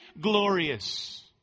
glorious